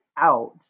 out